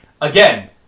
Again